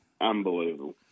Unbelievable